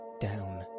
down